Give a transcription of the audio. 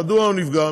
מדוע הוא נפגע?